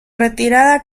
retirada